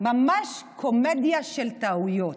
ממש קומדיה של טעויות.